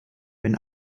wenn